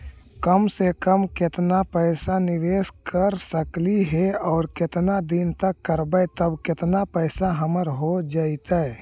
कम से कम केतना पैसा निबेस कर सकली हे और केतना दिन तक करबै तब केतना पैसा हमर हो जइतै?